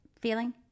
feeling